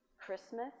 Christmas